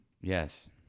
yes